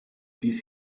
dies